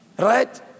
Right